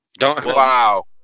Wow